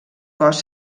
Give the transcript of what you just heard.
cos